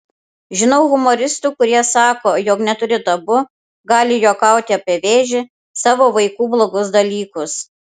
žinau humoristų kurie sako jog neturi tabu gali juokauti apie vėžį savo vaikų blogus dalykus